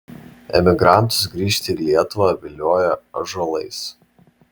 emigrantus grįžti į lietuvą vilioja ąžuolais